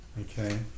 Okay